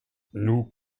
nous